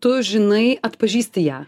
tu žinai atpažįsti ją